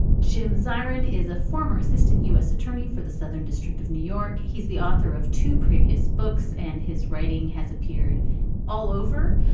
jim zirin is a former assistant u s. attorney for the southern district of new york. he's the author of two previous books and his writing has appeared all over.